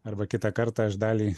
arba kitą kartą aš dalį